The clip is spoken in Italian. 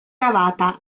navata